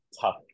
tough